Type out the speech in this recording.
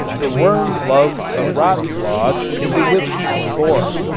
the worm loves a rotten log into which he can bore.